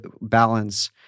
balance